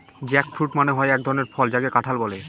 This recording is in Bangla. জ্যাকফ্রুট মানে হয় এক ধরনের ফল যাকে কাঁঠাল বলে